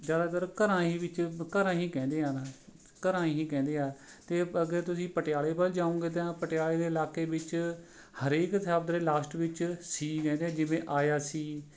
ਜ਼ਿਆਦਾਤਰ ਘਰਾਂ ਹੀ ਵਿੱਚ ਘਰਾਂ ਹੀ ਕਹਿੰਦੇ ਹਨ ਘਰਾਂ ਹੀ ਕਹਿੰਦੇ ਹਾਂ ਅਤੇ ਅਗਰ ਤੁਸੀਂ ਪਟਿਆਲੇ ਵੱਲ ਜਾਉਗੇ ਤਾਂ ਪਟਿਆਲੇ ਦੇ ਇਲਾਕੇ ਵਿੱਚ ਹਰੇਕ ਸ਼ਬਦ ਦੇ ਲਾਸਟ ਵਿੱਚ ਸੀ ਕਹਿੰਦੇ ਹਾਂ ਜਿਵੇਂ ਆਇਆ ਸੀ